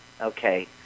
okay